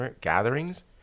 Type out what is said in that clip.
gatherings